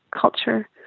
culture